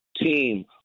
team